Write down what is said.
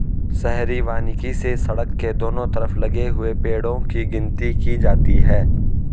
शहरी वानिकी से सड़क के दोनों तरफ लगे हुए पेड़ो की गिनती की जाती है